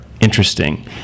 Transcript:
interesting